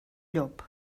llop